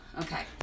Okay